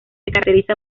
caracteriza